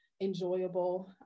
Enjoyable